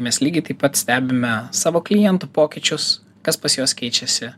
mes lygiai taip pat stebime savo klientų pokyčius kas pas juos keičiasi